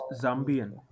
Zambian